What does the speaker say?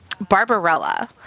Barbarella